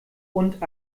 und